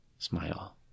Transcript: Smile